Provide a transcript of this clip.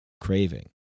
craving